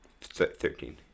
Thirteen